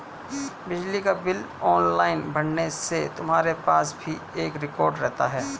बिजली का bill online भरने से तुम्हारे पास भी एक रिकॉर्ड रहता है